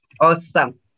Awesome